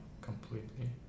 completely